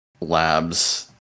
lab's